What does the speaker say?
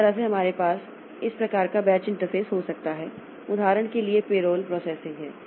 इस तरह से हमारे पास इस प्रकार का बैच इंटरफ़ेस हो सकता है उदाहरण के लिए पेरोल प्रोसेसिंग है